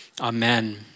Amen